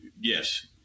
yes